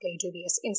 dubious